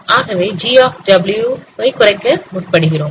ஆகவே g உ குறைக்க முற்படுகிறோம்